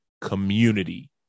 community